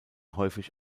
häufig